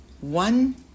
one